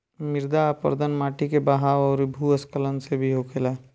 मृदा अपरदन माटी के बहाव अउरी भू स्खलन से भी होखेला